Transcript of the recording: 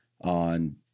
on